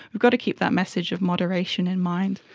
we've got to keep that message of moderation in mind.